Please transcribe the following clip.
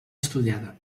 estudiada